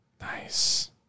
nice